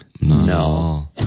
no